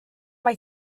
mae